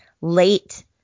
late